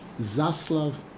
Zaslav